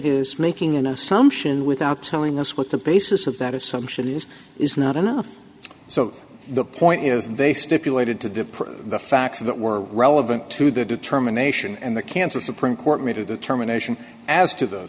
is making an assumption without telling us what the basis of that assumption is is not enough so the point is they stipulated to deprive the facts that were relevant to the determination and the cancer supreme court made a determination as to th